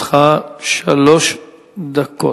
לרשותך שלוש דקות.